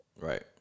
right